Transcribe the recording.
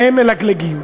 והם מלגלגים,